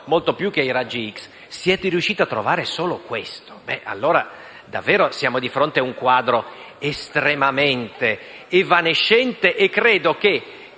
siete riusciti a trovare solo questo,